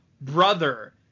brother